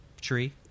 tree